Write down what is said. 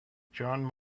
john